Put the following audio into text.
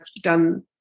done